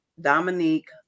Dominique